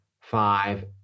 five